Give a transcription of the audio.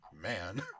Man